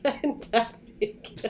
fantastic